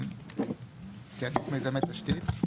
כן, מיזמי תשתית.